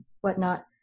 whatnot